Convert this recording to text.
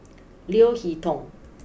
Leo Hee Tong